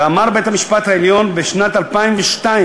ואמר בית-המשפט העליון בשנת 2002,